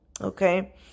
okay